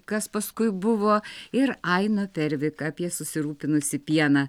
kas paskui buvo ir aino pervik apie susirūpinusį pieną